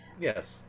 Yes